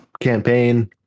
campaign